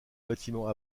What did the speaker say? bâtiment